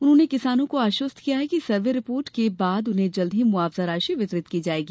उन्होंने किसानों को आश्वस्त किया है कि सर्वे रिपोर्ट के बाद उन्हें जल्द ही मुआवजा राशि वितरित की जायेगी